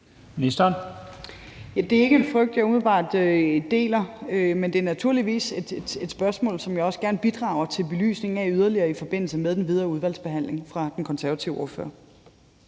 Det er ikke en frygt, jeg umiddelbart deler. Men det er naturligvis et spørgsmål, som jeg også gerne bidrager til yderligere belysning af fra den konservative ordfører